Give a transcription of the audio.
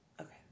Okay